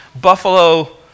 Buffalo